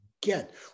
get